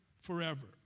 forever